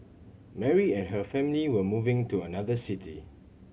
Mary and her family were moving to another city